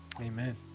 Amen